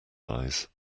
eyes